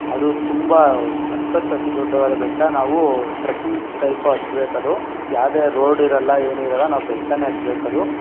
ಅದು ತುಂಬ ಸಕ್ಕತ್ತು ಅತಿ ದೊಡ್ಡವಾದ ಬೆಟ್ಟ ನಾವು ಟ್ರಕಿಂಗ್ ಟೈಪ್ ಹತ್ಬೇಕು ಅದು ಯಾವುದೇ ರೋಡ್ ಇರೋಲ್ಲ ಏನೂ ಇರೋಲ್ಲ ನಾವು ಬೆಟ್ಟನೇ ಹತ್ಬೇಕು ಅದು